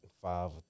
five